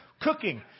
cooking